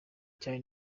cyane